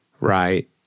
right